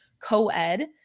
co-ed